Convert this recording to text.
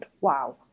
Wow